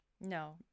No